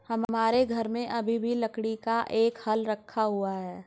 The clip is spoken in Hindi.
हमारे घर में अभी भी लकड़ी का एक हल रखा हुआ है